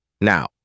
now